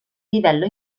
livello